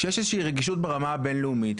שיש איזה שהיא רגישות ברמה הבין-לאומית,